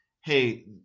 hey